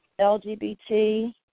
LGBT